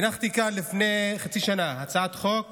הנחתי כאן לפני חצי שנה הצעת חוק